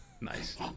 Nice